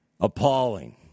appalling